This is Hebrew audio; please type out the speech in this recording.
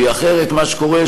כי אחרת מה שקורה,